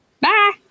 Bye